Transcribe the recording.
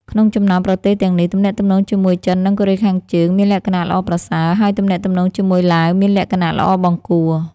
ក្នុងចំណោមប្រទេសទាំងនេះ ទំនាក់ទំនងជាមួយចិននិងកូរ៉េខាងជើងមានលក្ខណៈល្អប្រសើរ ហើយ ទំនាក់ទំនងជាមួយឡាវមានលក្ខណៈល្អបង្គួរ ។